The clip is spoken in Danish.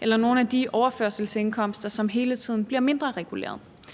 eller nogle af de andre overførselsindkomster, som hele tiden bliver mindrereguleret.